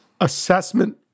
assessment